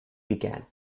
began